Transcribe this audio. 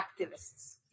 activists